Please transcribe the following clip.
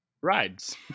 rides